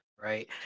Right